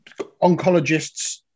oncologists